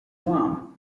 farm